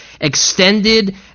extended